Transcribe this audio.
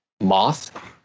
moth